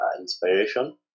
inspiration